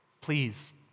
Please